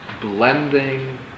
blending